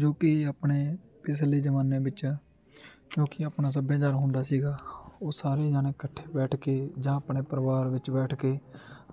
ਜੋ ਕਿ ਆਪਣੇ ਪਿਛਲੇ ਜ਼ਮਾਨੇ ਵਿੱਚ ਕਿਉਂਕਿ ਆਪਣਾ ਸੱਭਿਆਚਾਰ ਹੁੰਦਾ ਸੀਗਾ ਉਹ ਸਾਰੇ ਜਣੇ ਇਕੱਠੇ ਬੈਠ ਕੇ ਜਾਂ ਆਪਣੇ ਪਰਿਵਾਰ ਵਿੱਚ ਬੈਠ ਕੇ